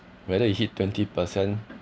whether it hit twenty percent